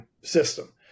system